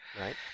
Right